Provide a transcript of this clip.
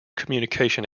communication